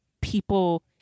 people